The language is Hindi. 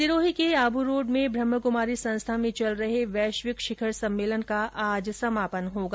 सिरोही के आबू रोड में ब्रहमाकुमारी संस्था में चल रहे वैश्विक शिखर सम्मेलन का आज समापन होगा